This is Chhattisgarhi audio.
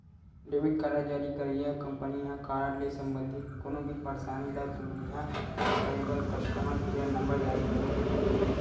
डेबिट कारड जारी करइया कंपनी ह कारड ले संबंधित कोनो भी परसानी ल दुरिहा करे बर कस्टमर केयर नंबर जारी करे रहिथे